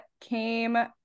came